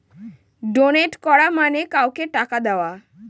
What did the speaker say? donate করা মানে কাউকে টাকা দেওয়া